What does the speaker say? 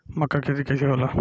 मका के खेती कइसे होला?